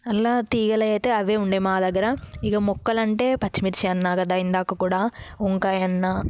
అలా తీగలు అయితే అవే ఉండేవి మా దగ్గర ఇక మొక్కలంటే పచ్చిమిర్చి అన్నాను కదా ఇందాక కూడా వంకాయ అన్నాను